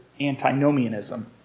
antinomianism